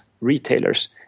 retailers